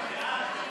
הוועדה, נתקבל.